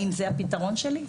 האם זה הפתרון שלי?